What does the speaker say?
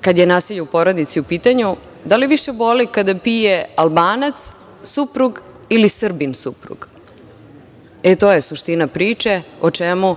kada je nasilje u porodici u pitanju da li više boli kada bije Albanac suprug ili Srbin suprug. E, to je suština priče o čemu